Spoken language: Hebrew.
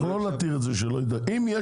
אם יש